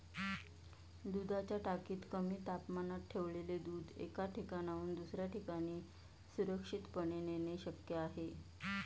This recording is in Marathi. दुधाच्या टाकीत कमी तापमानात ठेवलेले दूध एका ठिकाणाहून दुसऱ्या ठिकाणी सुरक्षितपणे नेणे शक्य आहे